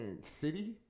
city